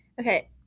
Okay